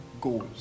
goals